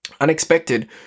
Unexpected